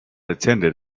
attended